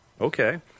Okay